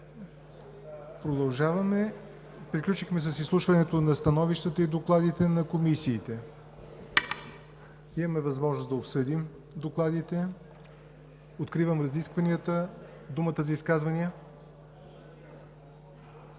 ред. Приключихме с изслушването на становищата и докладите на комисиите. Имаме възможност да обсъдим докладите. Откривам разискванията. Имате думата за изказвания.